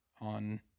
on